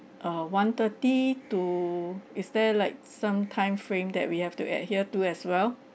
uh one thirty to is there like some time frame that we have to adhere to as well